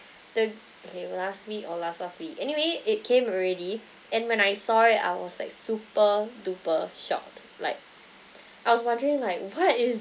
the okay last week or last last week anyway it came already and when I saw it I was like super duper shocked like I was wondering like what is